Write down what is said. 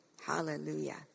Hallelujah